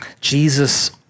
Jesus